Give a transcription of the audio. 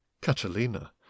Catalina